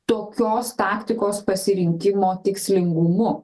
tokios taktikos pasirinkimo tikslingumu